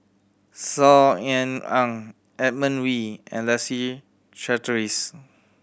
Saw Ean Ang Edmund Wee and Leslie Charteris